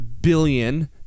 billion